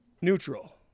Neutral